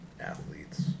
athletes